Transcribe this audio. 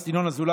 אמרנו: